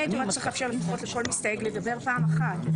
אני הייתי מאפשרת לפחות לכל מסתייג לדבר פעם אחת.